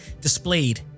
displayed